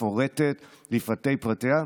מפורטת לפרטי פרטיה,